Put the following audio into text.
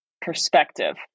Perspective